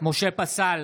משה פסל,